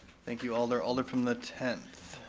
thank you alder, alder from the tenth.